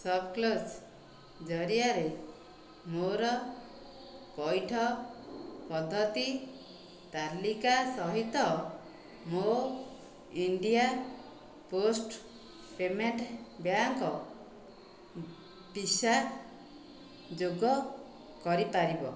ShopClues ଜରିଆରେ ମୋ'ର ପଇଠ ପଦ୍ଧତି ତାଲିକା ସହିତ ମୋ India post payment bank Visa ଯୋଗ କରିପାରିବ